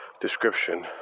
description